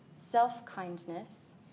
Self-kindness